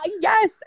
Yes